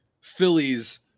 Phillies